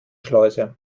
schleuse